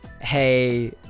hey